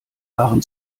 waren